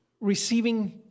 receiving